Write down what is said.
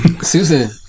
Susan